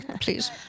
please